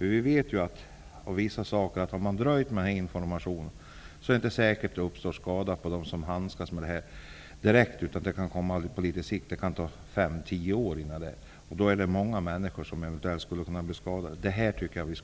Om man dröjer med informationen är det inte säkert att det direkt uppstår skador hos dem som handskas med bensinen, utan det kan komma på litet sikt. Det kan ta 5--10 år. Det är många människor som eventuellt skulle kunna bli skadade. Det kan vi